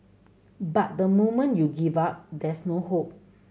but the moment you give up there's no hope